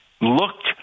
looked